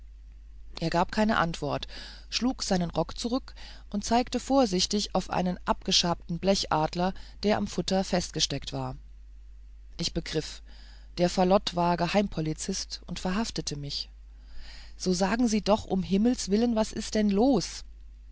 er gab keine antwort schlug seinen rock zurück und zeigte vorsichtig auf einen abgeschabten blechadler der im futter festgesteckt war ich begriff der falott war geheimpolizist und verhaftete mich so sagen sie doch um himmels willen was ist denn los